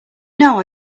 know